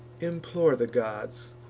implore the gods,